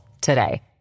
today